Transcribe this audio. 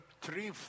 three